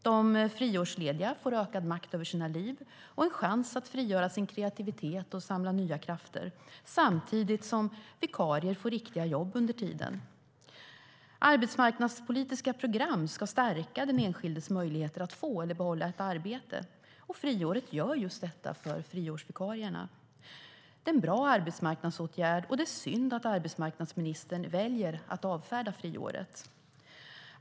De friårslediga får ökad makt över sina liv och en chans att frigöra sin kreativitet och samla nya krafter samtidigt som vikarier får riktiga jobb under tiden. Arbetsmarknadspolitiska program ska stärka den enskildes möjligheter att få eller behålla ett arbete. Friåret gör just detta för friårsvikarierna. Det är en bra arbetsmarknadsåtgärd, och det är synd att arbetsmarknadsministern väljer att avfärda friåret.